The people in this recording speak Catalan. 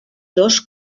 dos